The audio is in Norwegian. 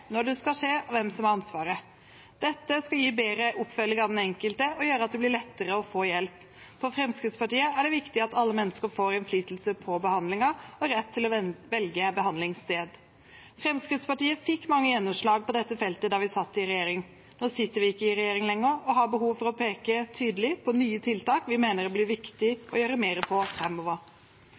når det skal skje, og hvem som har ansvaret. Dette skal gi bedre oppfølging av den enkelte og gjøre at det blir lettere å få hjelp. For Fremskrittspartiet er det viktig at alle mennesker får innflytelse på behandlingen og rett til å velge behandlingssted. Fremskrittspartiet fikk mange gjennomslag på dette feltet da vi satt i regjering. Nå sitter vi ikke i regjering lenger og har behov for å peke tydelig på nye tiltak vi mener det blir viktig å gjøre